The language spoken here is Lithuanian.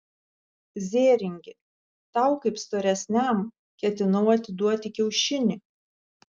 zėringi tau kaip storesniam ketinau atiduoti kiaušinį